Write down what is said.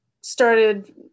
started